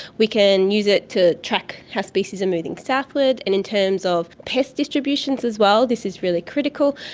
we can use it to track how species are moving southward, and in terms of pest distributions as well this is really critical,